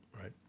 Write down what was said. right